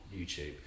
YouTube